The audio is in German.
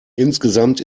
insgesamt